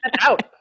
Out